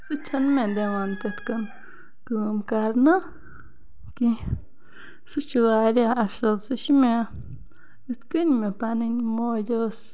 سُہ چھَنہٕ مےٚ دِوان تِتھ کن کٲم کَرنہٕ کینٛہہ سُہ چھ واریاہ اصل سُہ چھِ مےٚ یِتھ کٔنۍ مےٚ پَنٕنۍ موج ٲس